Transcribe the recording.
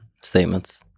statements